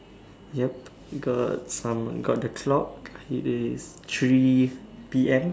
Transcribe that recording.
yup got some got the clock it is three P_M